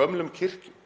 gömlum kirkjum,